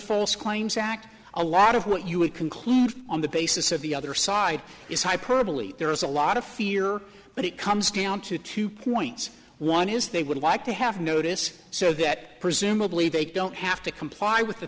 false claims act a lot of what you would conclude on the basis of the other side is hyperbole there is a lot of fear but it comes down to two points one is they would like to have notice so that presumably they don't have to comply with the